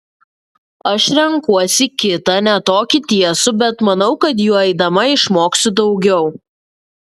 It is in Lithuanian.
aš renkuosi kitą ne tokį tiesų bet manau kad juo eidama išmoksiu daugiau